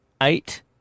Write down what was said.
eight